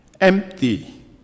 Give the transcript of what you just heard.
empty